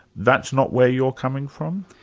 that's not where you're coming from?